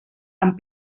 amb